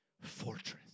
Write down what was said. fortress